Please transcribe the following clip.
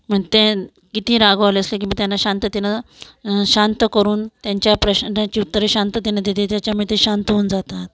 मग ते किती रागावले असले तरी मी त्यांना शांततेनं शांत करून त्यांच्या प्रश्नांची उत्तरे शांततेने देते ज्याच्यामुळे ते शांत होऊन जातात